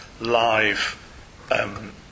live